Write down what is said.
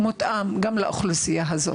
ומותאם גם לאוכלוסייה הזו.